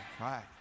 Right